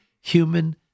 human